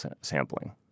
sampling